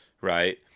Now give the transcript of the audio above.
right